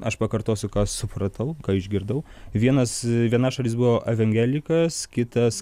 aš pakartosiu ką supratau ką išgirdau vienas viena šalis buvo evangelikas kitas